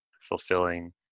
fulfilling